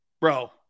Bro